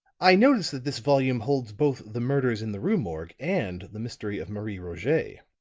i notice that this volume holds both the murders in the rue morgue and the mystery of marie roget